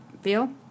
feel